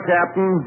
Captain